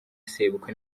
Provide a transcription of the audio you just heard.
sebukwe